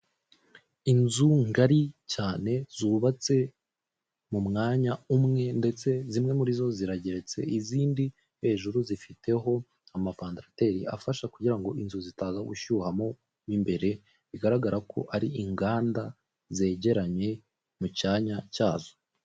Inzu ngari cyane zubatse mu mwanya umwe, ndetse zimwe muri zo zirageretse, izindi hejuru zifiteho amavandarateri afasha kugira ngo inzu zitaza gushyuha mo imbere, bigaragara ko ari inganda zegeranye mu cyanya cyazo.